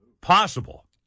Possible